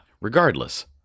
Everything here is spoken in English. Regardless